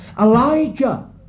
Elijah